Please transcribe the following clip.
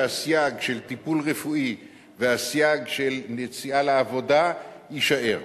הסייג של טיפול רפואי והסייג של יציאה לעבודה יישאר.